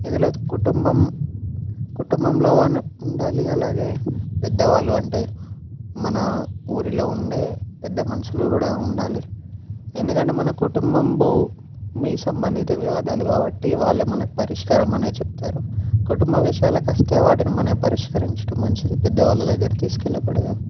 ఇందులో కుటుంబం కుటుంబంలో వారు ఉండాలి అలాగే పెద్దవాళ్ళు అంటే మన ఊరిలో ఉండే పెద్దమనుషులు కూడా ఉండాలి ఎందుకంటే మన కుటుంబం భూమి సంబంధిత వివాదాలు కాబట్టి వాళ్ళే మనకు పరిష్కారం అనేది చెప్తారు కుటుంబ విషయాలకొస్తే వాటిని మనం పరిష్కరించడం మంచిది పెద్ద వాళ్ళ దగ్గర తీసుకెళ్లకూడదు